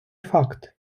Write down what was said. факт